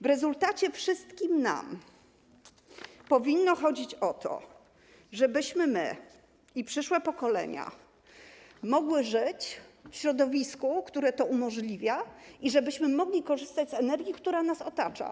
W rezultacie wszystkim nam powinno chodzić o to, żebyśmy my i przyszłe pokolenia mogli żyć w środowisku, które to umożliwia, i żebyśmy mogli korzystać z energii, która nas otacza.